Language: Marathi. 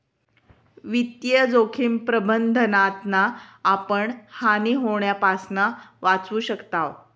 वित्तीय जोखिम प्रबंधनातना आपण हानी होण्यापासना वाचू शकताव